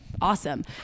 awesome